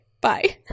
bye